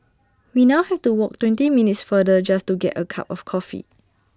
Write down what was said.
we now have to walk twenty minutes farther just to get A cup of coffee